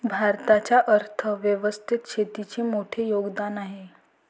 भारताच्या अर्थ व्यवस्थेत शेतीचे मोठे योगदान आहे